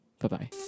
bye-bye